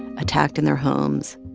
attacked in their homes.